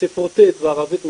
ספרותית וערבית מדוברת,